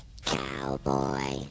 Cowboy